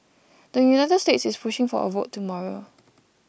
the United States is pushing for a vote tomorrow